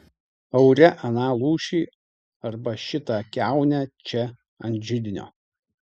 aure aną lūšį arba šitą kiaunę čia ant židinio